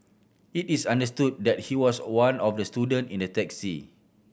it is understood that he was one of the student in the taxi